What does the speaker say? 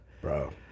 Bro